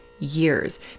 Years